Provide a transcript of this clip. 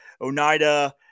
Oneida